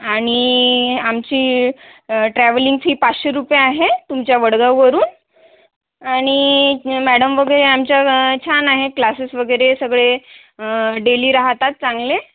आणि आमची travelling fee पाचशे रुपये आहे तुमच्या वडगाववरून आणि मॅडम वगैरे आमच्या छान आहे क्लासेस वगैरे सगळे डेली राहतात चांगले